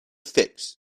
figs